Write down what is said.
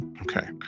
Okay